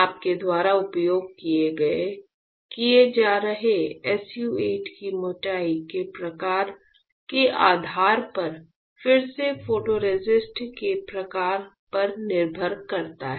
आपके द्वारा उपयोग किए जा रहे SU 8 की मोटाई के प्रकार के आधार पर फिर से फोटोरेसिस्ट के प्रकार पर निर्भर करता है